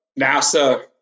NASA